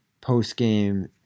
post-game